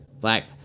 black